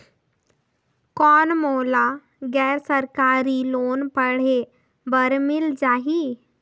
कौन मोला गैर सरकारी लोन पढ़े बर मिल जाहि?